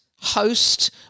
host